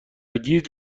گیج